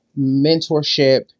mentorship